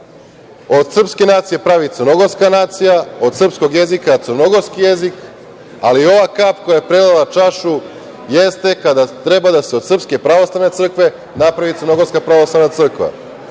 od srpske nacije pravi crnogorska nacija, od srpskog jezika, crnogorski jezik, ali ova kap koja je prelila čašu jeste kada treba da se od Srpske pravoslavne crkve napravi Crnogorska pravoslavna crkva. Režim